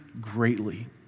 greatly